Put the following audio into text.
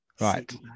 Right